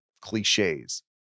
cliches